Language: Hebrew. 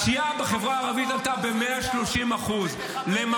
הפשיעה החברה הערבית עלתה ב-130% -- תשב